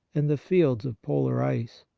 and the fields of polar ice.